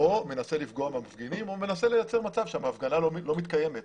או מנסה לפגוע במפגינים או מנסה לייצר מצב שההפגנה לא מתקיימת.